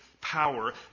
power